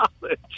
college